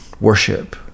worship